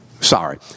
sorry